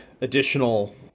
additional